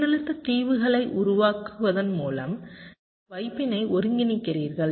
மின்னழுத்த தீவுகளை உருவாக்குவதன் மூலம் நீங்கள் வைப்பினை ஒருங்கிணைக்கிறீர்கள்